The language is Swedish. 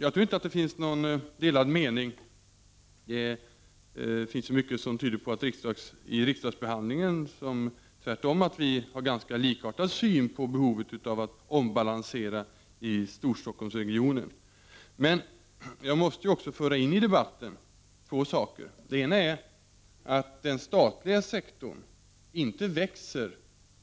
Jag tror inte att det finns några delade meningar i det här avseendet. Prot. 1989/90:32 Mycket av riksdagsbehandlingen tyder tvärtom på att vi har ganska likartad 24 november 1989 syn på behovet av att ombalansera i Storstockholmsregionen. Menjagmåste. ZG föra in två saker i debatten: Den ena är att den statliga sektorn inte växer